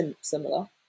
similar